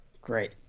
Great